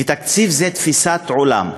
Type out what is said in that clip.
ותקציב זה תפיסת עולם.